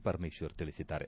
ಪರಮೇಶ್ವರ್ ತಿಳಿಸಿದ್ದಾರೆ